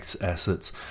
assets